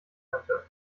könnte